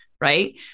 right